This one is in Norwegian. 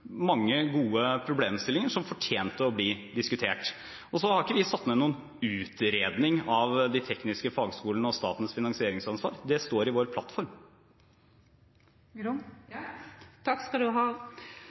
mange gode problemstillinger som fortjente å bli diskutert. Så har vi ikke satt i gang noen utredning av de tekniske fagskolene og statens finansieringsansvar. Det står i vår plattform.